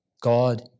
God